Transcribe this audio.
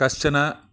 कश्चन